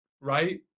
right